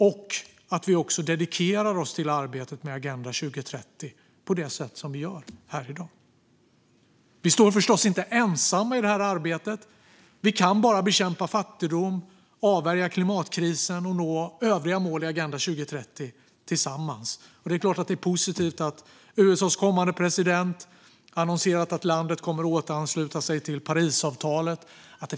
Vi är också hängivna arbetet med Agenda 2030 i dag. Vi står förstås inte ensamma i detta arbete. Vi kan bara bekämpa fattigdom, avvärja klimatkrisen och nå övriga mål i Agenda 2030 tillsammans. Det är därför positivt att USA:s kommande president har annonserat att landet kommer att återansluta till Parisavtalet.